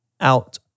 out